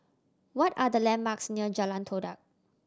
what are the landmarks near Jalan Todak